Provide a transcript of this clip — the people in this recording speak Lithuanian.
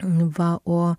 n va o